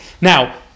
Now